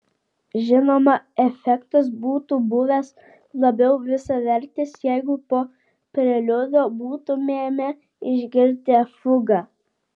žinoma efektas būtų buvęs labiau visavertis jeigu po preliudo būtumėme išgirdę fugą